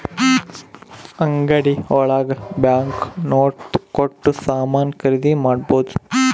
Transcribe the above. ಅಂಗಡಿ ಒಳಗ bank note ಕೊಟ್ಟು ಸಾಮಾನ್ ಖರೀದಿ ಮಾಡ್ಬೋದು